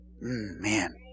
Man